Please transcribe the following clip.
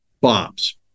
bombs